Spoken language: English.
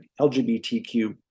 LGBTQ